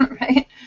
Right